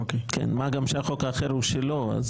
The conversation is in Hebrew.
כן, מה גם שהחוק האחר הוא שלו.